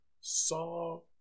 saw